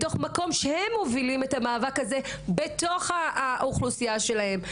מתוך מקום שהם מובילים את המאבק הזה בתוך האוכלוסייה שלהם.